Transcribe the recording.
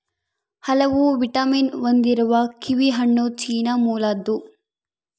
ಹಲವು ವಿಟಮಿನ್ ಹೊಂದಿರುವ ಕಿವಿಹಣ್ಣು ಚೀನಾ ಮೂಲದ್ದು